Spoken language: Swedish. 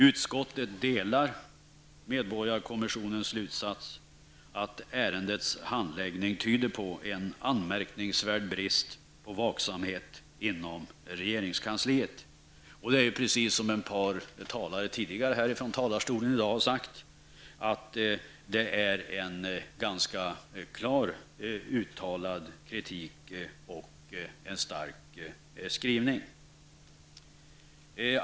Utskottet delar medborgarkommissionens slutsats att ärendets handläggning tyder på en anmärkningsvärd brist på vaksamhet inom regeringskansliet. Det är precis som ett par talare tidigare har sagt att detta är en ganska klart uttalat kritik och en stark skrivning.